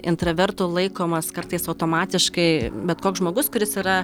intravertu laikomas kartais automatiškai bet koks žmogus kuris yra